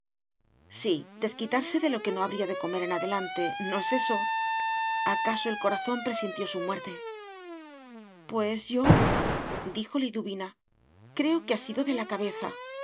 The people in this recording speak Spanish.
sí desquitarse de lo que no habría de comer en adelante no es eso acaso el corazón presintió su muerte pues yodijo liduvinacreo que ha sido de la cabeza